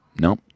No